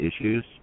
issues